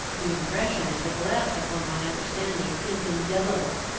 the impression it has left upon my understanding is indelible.